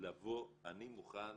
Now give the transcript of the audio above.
אני מוכן